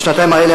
בשנתיים האלה,